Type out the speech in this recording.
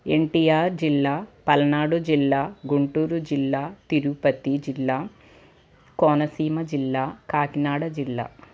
ఎన్టీఆర్ జిల్లా పలనాడు జిల్లా గుంటూరు జిల్లా తిరుపతి జిల్లా కోనసీమ జిల్లా కాకినాడ జిల్లా